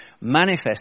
manifest